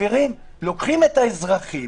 לוקחים את האזרחים